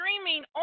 streaming